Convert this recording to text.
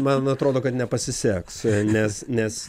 man atrodo kad nepasiseks nes nes